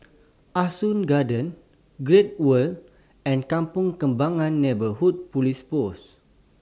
Ah Soo Garden Great World and Kampong Kembangan Neighbourhood Police Post